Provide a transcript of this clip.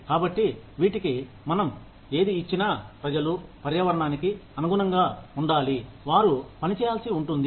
కాబట్టి వీటికీ మనం ఏది ఇచ్చినా ప్రజలు పర్యావరణానికి అనుగుణంగా ఉండాలి వారు పని చేయాల్సి ఉంటుంది